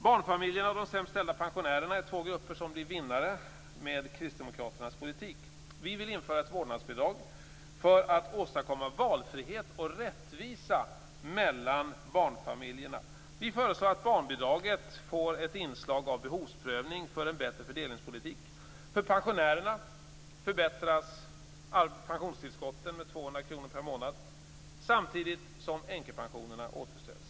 Barnfamiljerna och de sämst ställda pensionärerna är två grupper som blir vinnare med Kristdemokraternas politik. Vi vill införa ett vårdnadsbidrag för att åstadkomma valfrihet och rättvisa mellan barnfamiljerna. Vi föreslår att barnbidraget får ett inslag av behovsprövning för en bättre fördelningspolitik. För pensionärerna förbättras pensionstillskotten med 200 kr per månad samtidigt som änkepensionerna återställs.